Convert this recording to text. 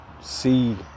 see